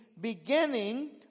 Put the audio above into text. beginning